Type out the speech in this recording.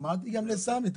אמרתי גם לסמי.